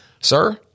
sir